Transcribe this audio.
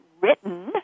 written